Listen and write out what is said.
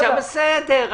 בסדר.